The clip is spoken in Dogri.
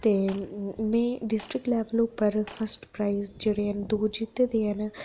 में डिस्ट्रिक्ट लैबल पर फर्स्ट प्राईज जेह्ड़े हैन दो जित्ते दे हैन